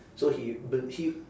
so he but he